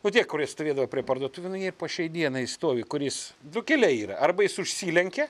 nu tie kurie stovėdavo prie parduotuvių nu jie ir po šiai dienai stovi kuris du keliai yra arba jis užsilenkia